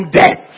death